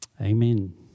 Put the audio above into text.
Amen